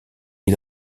les